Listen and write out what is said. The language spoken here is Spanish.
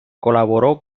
colaboró